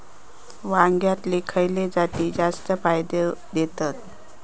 वांग्यातले खयले जाती जास्त फायदो देतत?